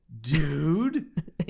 dude